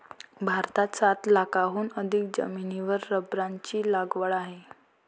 भारतात सात लाखांहून अधिक जमिनीवर रबराची लागवड आहे